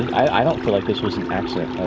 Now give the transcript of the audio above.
i don't feel like this was an accident.